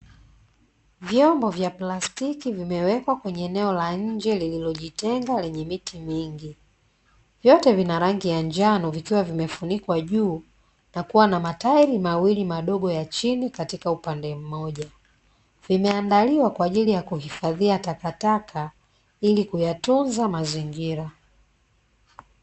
Vyombo vya plastiki vimewekwa kwenye eneo la nje lililojitenga lenye miti mingi, vyote vina rangi ya njano, vikiwa vimefunikwa juu na kuwa na matairi mawili madogo ya chini katika upande mmoja, vimeandaliwa kwa ajili ya kuhifadhia takataka ili kuyatunza mazingira.